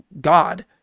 God